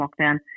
lockdown